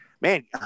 man